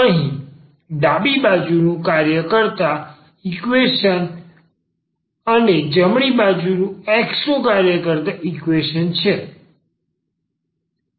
અહીં ડાબી બાજુ y નું કાર્ય કરતા ઈકવેશન અને જમણી બાજુ x નું કાર્ય કરતાં ઈકવેશન છે